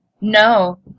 No